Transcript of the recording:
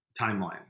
timeline